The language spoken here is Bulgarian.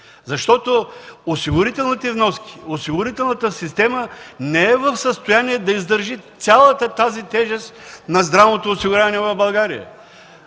защото осигурителните вноски, осигурителната система не е в състояние да издържи цялата тази тежест на здравното осигуряване в България.